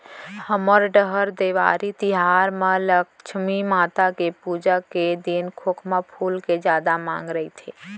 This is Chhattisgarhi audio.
हमर डहर देवारी तिहार म लक्छमी माता के पूजा के दिन खोखमा फूल के जादा मांग रइथे